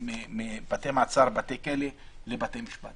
מבתי מעצר, בתי כלא, לבתי משפט.